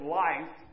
life